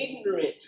ignorant